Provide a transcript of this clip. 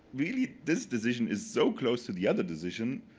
really, this position is so close to the other position.